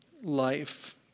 life